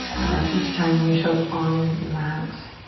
that each time we show up on the mat,